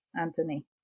Anthony